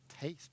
taste